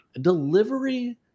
Delivery